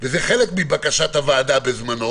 וזה חלק מבקשת הוועדה בזמנו